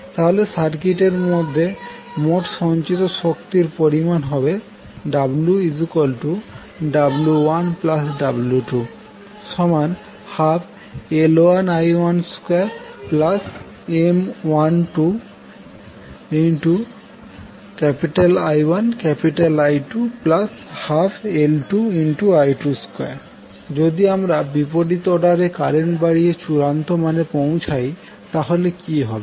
তাহলে সার্কিট এর মধ্যে মোট সঞ্চিত শক্তির পরিমাণ হবে ww1w212L1I12M12I1I212L2I22 যদি আমরা বিপরীত অর্ডারে কারেন্ট বাড়িয়ে চূড়ান্ত মানে পৌঁছাই তাহলে কি হবে